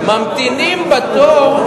ממתינים בתור,